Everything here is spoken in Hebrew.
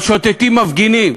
אבל שותתים מפגינים,